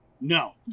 no